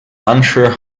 unsure